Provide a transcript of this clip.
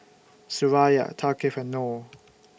Suraya Thaqif and Noh